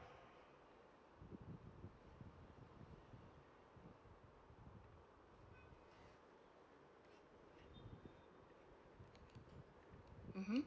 mmhmm